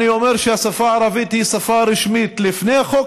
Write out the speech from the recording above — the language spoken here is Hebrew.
אני אומר שהשפה הערבית היא שפה רשמית לפני חוק